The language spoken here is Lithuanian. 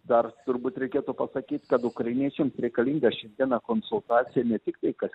dar turbūt reikėtų pasakyt kad ukrainiečiams reikalinga šiandieną konsultacija ne tiktai kad